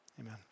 Amen